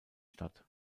statt